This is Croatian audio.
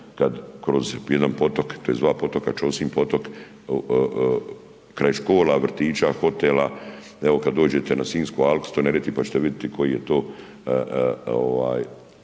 kad kroz jedan potok, tj. dva potoka Ćosin potok kraj škola, vrtića, hotela, evo kad dođete na Sinjsku alku, pa ćete vidjeti koji je to ovaj